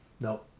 no